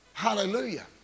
Hallelujah